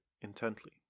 intently